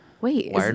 wait